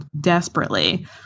desperately